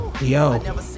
yo